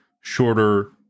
shorter